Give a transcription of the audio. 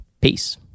Peace